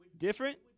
Different